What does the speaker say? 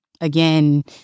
again